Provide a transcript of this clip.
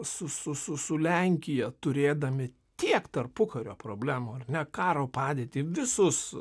su su su lenkija turėdami tiek tarpukario problemų ar ne karo padėtį visus